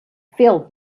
field